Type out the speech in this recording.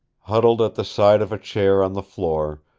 huddled at the side of a chair on the floor,